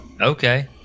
okay